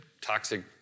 toxic